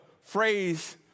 phrase